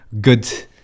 good